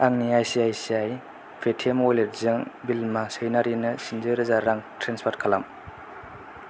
आंनि ICICI Paytm वालेटजों बिलिमा सैनारिनो स्निजि रोजा रां ट्रेन्सफार खालाम